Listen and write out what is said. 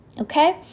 Okay